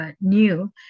new